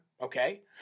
okay